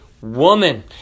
woman